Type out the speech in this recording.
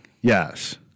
Yes